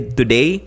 today